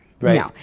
Right